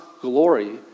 glory